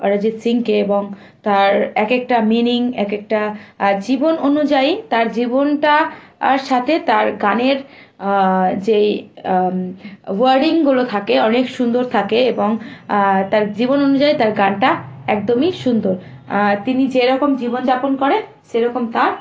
অরিজিৎ সিংকে এবং তার এক একটা মিনিং এক একটা জীবন অনুযায়ী তার জীবনটা সাথে তার গানের যেই ওয়ার্ডিংগুলো থাকে অনেক সুন্দর থাকে এবং তার জীবন অনুযায়ী তার গানটা একদমই সুন্দর তিনি যেরকম জীবনযাপন করেন সেরকম তার